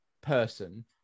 person